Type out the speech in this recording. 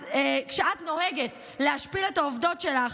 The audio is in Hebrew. אז כשאת נוהגת להשפיל את העובדות שלך,